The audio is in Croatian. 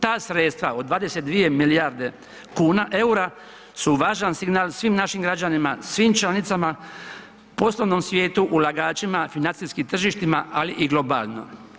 Ta sredstva od 22 milijardi eura su važan signal svim našim građanima, svim članicama, poslovnom svijetu, ulagačima, financijskim tržištima ali i globalno.